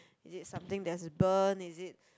is it something that's burn is it